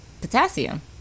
potassium